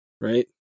right